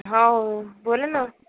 हो बोला ना